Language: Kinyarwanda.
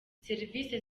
serivisi